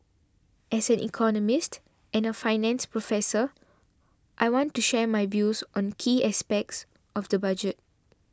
as an economist and a finance professor I want to share my views on key aspects of the budget